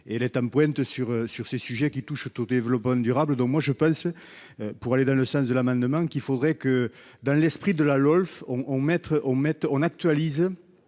elle est en pointe sur sur ces sujets qui touchent à tout développement durable, donc moi je pense, pour aller dans le sens de l'amendement qu'il faudrait que dans l'esprit de la LOLF on on mettre